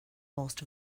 most